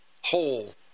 whole